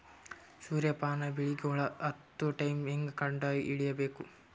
ಸೂರ್ಯ ಪಾನ ಬೆಳಿಗ ಹುಳ ಹತ್ತೊ ಟೈಮ ಹೇಂಗ ಕಂಡ ಹಿಡಿಯಬೇಕು?